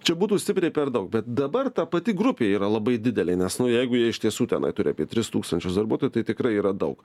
čia būtų stipriai per daug bet dabar ta pati grupė yra labai didelė nes nu jeigu jie iš tiesų tenai turi apie tris tūkstančius darbuotojų tai tikrai yra daug